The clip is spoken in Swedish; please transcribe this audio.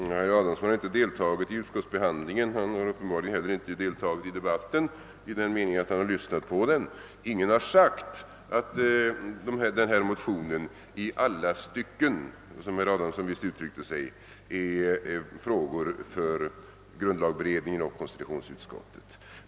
Herr talman! Herr Adamsson har inte deltagit i utskottsbehandlingen; han har uppenbarligen inte heller deltagit i debatten ens i den meningen att han har lyssnat på den. Ingen har sagt att denna motion »i alla stycken», som herr Adamsson uttryckte sig, är en fråga för grundlagberedningen och konstitutionsutskottet.